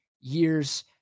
years